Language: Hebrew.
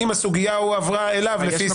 אם הסוגיה הועברה אליו לפי סעיף...".